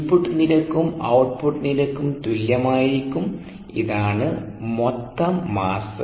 input നിരക്കും output നിരക്കും തുല്യമായിരിക്കും ഇതാണ് മൊത്തം മാസ്സ്